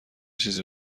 چیز